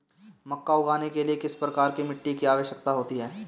मक्का उगाने के लिए किस प्रकार की मिट्टी की आवश्यकता होती है?